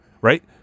right